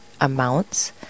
amounts